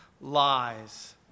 lies